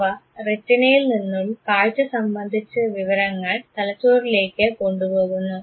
അവ റെറ്റിനയിൽ നിന്നും കാഴ്ച സംബന്ധിച്ച് വിവരങ്ങൾ തലച്ചോറിലേക്ക് കൊണ്ടുപോകുന്നു